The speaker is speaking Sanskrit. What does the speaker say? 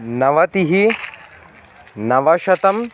नवतिः नवशतम्